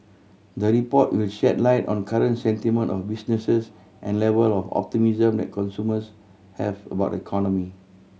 the report will shed light on current sentiment of businesses and level of optimism that consumers have about the economy